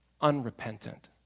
unrepentant